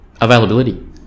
availability